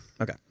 Okay